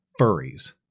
furries